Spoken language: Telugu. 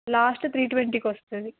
లాస్ట్ త్రీ ట్వంటీకి వస్తుంది